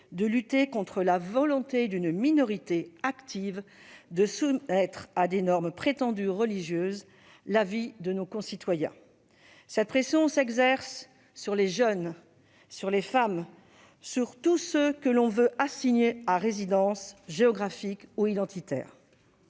de lutter contre la volonté d'une minorité active de soumettre à des normes prétendument religieuses la vie de nos concitoyens. Cette pression s'exerce sur les jeunes, sur les femmes, sur tous ceux que l'on veut assigner à résidence géographique ou identitaire.